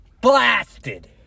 blasted